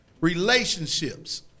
Relationships